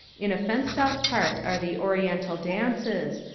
in a fenced off part are the oriental dances,